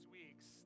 weeks